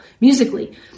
musically